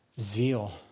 zeal